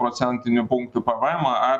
procentiniu punktu pvemą ar